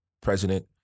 president